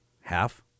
Half